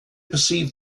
perceived